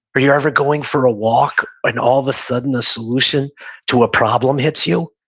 are you ever going for a walk, and all of a sudden, a solution to a problem hits you?